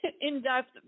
in-depth